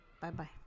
Bye-bye